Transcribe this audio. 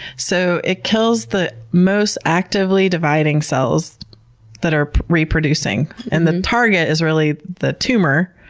so it kills the most actively dividing cells that are reproducing and the target is really the tumor,